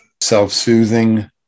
self-soothing